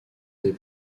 des